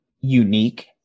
unique